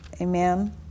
Amen